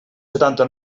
setanta